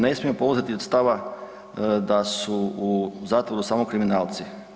Ne smijemo polaziti od stava da su u zatvoru samo kriminalci.